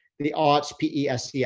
the arts, pe, scl.